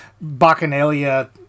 Bacchanalia